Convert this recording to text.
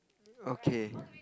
okay